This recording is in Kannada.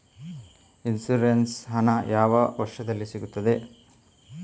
ಇನ್ಸೂರೆನ್ಸ್ ಹಣ ಯಾವ ವರ್ಷದಲ್ಲಿ ನಮಗೆ ಸಿಗುತ್ತದೆ?